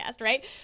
right